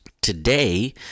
Today